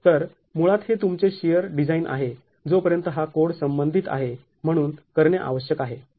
तर मुळात हे तुमचे शिअर डिझाईन आहे जोपर्यंत हा कोड संबंधित आहे म्हणून करणे आवश्यक आहे